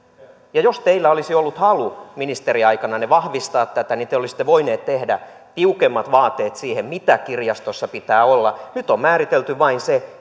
niin jos teillä olisi ollut halu ministeriaikananne vahvistaa tätä te olisitte voinut tehdä tiukemmat vaateet siihen mitä kirjastossa pitää olla nyt on määritelty vain se